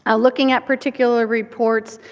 ah looking at particular reports,